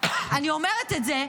אני אומרת את זה,